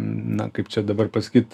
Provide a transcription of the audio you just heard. na kaip čia dabar pasakyt